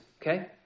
okay